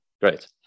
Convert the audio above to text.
great